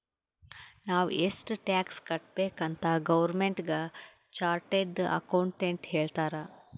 ನಾವ್ ಎಷ್ಟ ಟ್ಯಾಕ್ಸ್ ಕಟ್ಬೇಕ್ ಅಂತ್ ಗೌರ್ಮೆಂಟ್ಗ ಚಾರ್ಟೆಡ್ ಅಕೌಂಟೆಂಟ್ ಹೇಳ್ತಾರ್